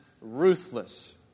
ruthless